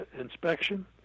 inspection